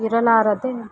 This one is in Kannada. ಇರಲಾರದೆ